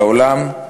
בעולם.